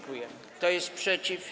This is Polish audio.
Kto jest przeciw?